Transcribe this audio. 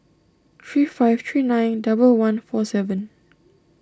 three five three nine double one four seven